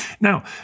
Now